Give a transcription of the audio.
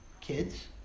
kids